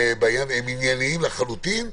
הם ענייניים לחלוטין,